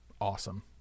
awesome